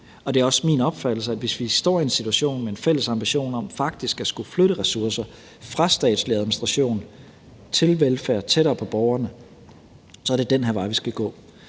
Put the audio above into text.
Det er også min opfattelse, at hvis vi står i en situation med en fælles ambition om faktisk at skulle flytte ressourcer fra statslig administration til velfærd tættere på borgerne, så er det den her vej, vi skal gå.